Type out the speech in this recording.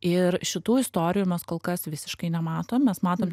ir šitų istorijų mes kol kas visiškai nematom mes matom